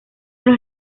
los